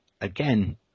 Again